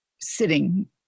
sitting